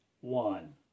one